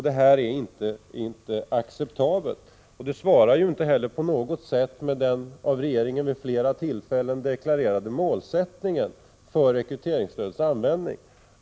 Detta är inte acceptabelt, och det svarar ju inte heller på något sätt mot den av regeringen vid flera tillfällen deklarerade målsättningen för rekryteringsstödets användning.